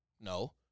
No